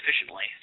efficiently